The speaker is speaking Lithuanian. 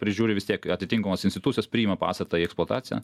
prižiūri vis tiek atitinkamos institucijos priima pastatą į eksploataciją